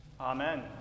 Amen